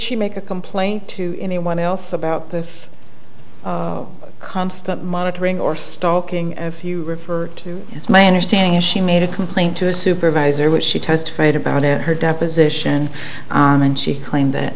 she make a complaint to anyone else about this constant monitoring or stalking you refer to as my understanding is she made a complaint to a supervisor which she testified about in her deposition and she claimed that